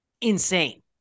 insane